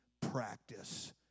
practice